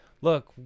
look